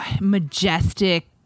majestic